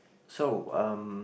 so um